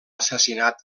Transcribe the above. assassinat